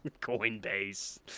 Coinbase